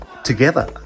together